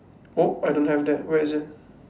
oh I don't have that where is it